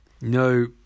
No